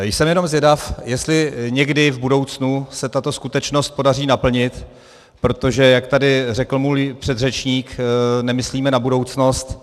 Jsem jenom zvědav, jestli někdy v budoucnu se tuto skutečnost podaří naplnit, protože jak tady řekl můj předřečník, nemyslíme na budoucnost.